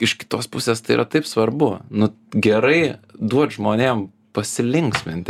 iš kitos pusės tai yra taip svarbu nu gerai duot žmonėm pasilinksminti